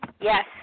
Yes